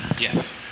Yes